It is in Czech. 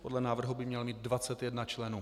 Podle návrhu by měl mít 21 členů.